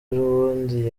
ejobundi